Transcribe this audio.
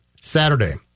Saturday